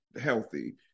healthy